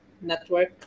network